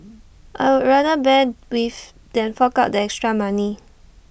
I would rather bear with than fork out the extra money